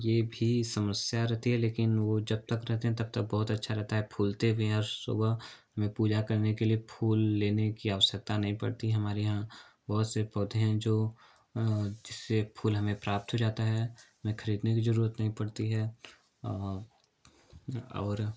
यह भी समस्या रहती है लेकिन वे जब तक रहते हैं तब तक बहुत अच्छा रहता है फूलते भी हैं और सुबह में पूजा करने के लिए फूल लेने की आवश्यकता नहीं पड़ती हमारे यहाँ बहुत से पौधे हैं जो जिससे फूल हमें प्राप्त हो जाता है हमें ख़रीदने की ज़रूरत नहीं पड़ती है और